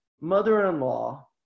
mother-in-law